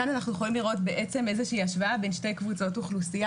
כאן אנחנו יכולים לראות בעצם השוואה בין שתי קבוצות אוכלוסייה,